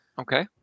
Okay